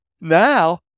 Now